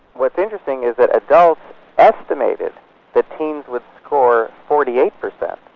what's interesting is that adults estimated that teens would score forty eight percent,